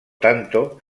tanto